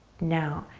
now,